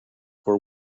were